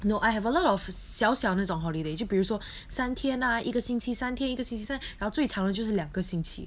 no I have a lot of 小小那种 holiday 就比如说三天啊一个星期一个星期三然后最长的就是两个星期